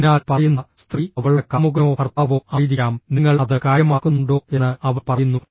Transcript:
അതിനാൽ പറയുന്ന സ്ത്രീ അവളുടെ കാമുകനോ ഭർത്താവോ ആയിരിക്കാം നിങ്ങൾ അത് കാര്യമാക്കുന്നുണ്ടോ എന്ന് അവൾ പറയുന്നു